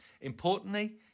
Importantly